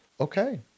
Okay